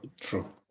True